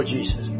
Jesus